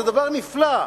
זה דבר נפלא.